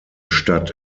stadt